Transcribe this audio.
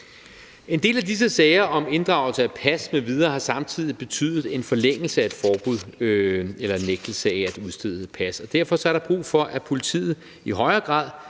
En del af disse sager om inddragelse af pas m.v. har samtidig betydet en forlængelse af et forbud eller en nægtelse af at udstede pas, og derfor er der brug for, at politiet i højere grad